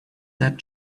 that